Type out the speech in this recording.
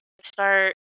start